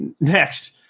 Next